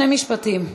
שני משפטים.